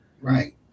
Right